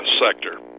sector